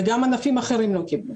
וגם ענפים אחרים לא קיבלו.